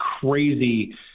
crazy